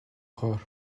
کار